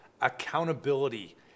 Accountability